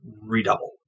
redouble